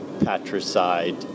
Patricide